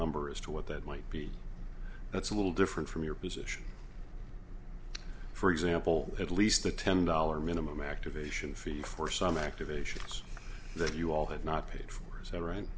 number as to what that might be that's a little different from your position for example at least the ten dollar minimum activation fee for some activations that you all have not paid for so right